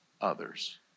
others